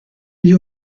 gli